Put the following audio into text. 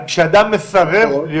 כשאדם מסרב להיות